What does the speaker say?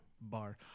bar